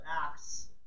Acts